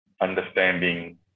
understanding